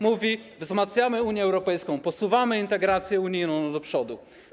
Mówi: wzmacniamy Unię Europejską, posuwamy integrację unijną do przodu.